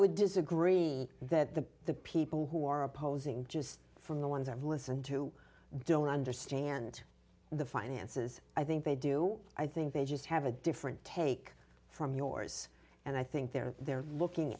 would disagree that the the people who are opposing just from the ones i've listened to don't understand the finances i think they do i think they just have a different take from yours and i think they're they're looking